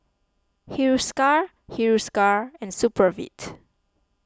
Hiruscar Hiruscar and Supravit